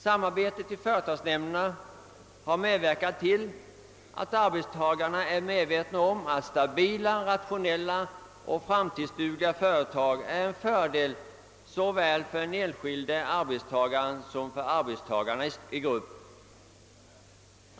Samarbetet i företagsnämnderna har medverkat till att göra arbetstagarna medvetna om att stabila, rationella och framtidsdugliga företag är en fördel såväl för den enskilde arbetstagaren som för arbetstagarna i grupp.